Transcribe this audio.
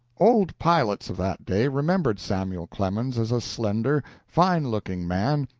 old pilots of that day remembered samuel clemens as a slender, fine-looking man,